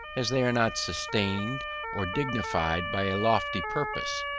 as they are not sustained or dignified by a lofty purpose,